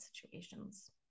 situations